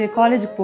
college